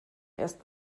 erst